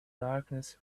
darkness